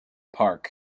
park